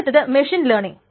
അടുത്തത് machine learning